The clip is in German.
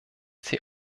sie